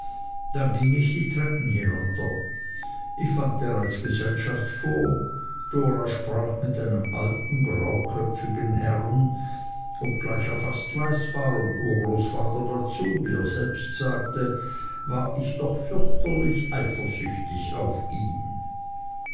dann ging ich die treppen hinunter ich fand bereits gesellschaft vor dora sprach mit einem alten grauköpfigen herrn obgleich er fast weiß war und urgroßvater dazu wie er selbst sagte war ich doch fürchterlich eifersüchtig auf ihn